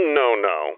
no-no